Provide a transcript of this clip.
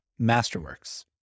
Masterworks